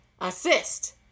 assist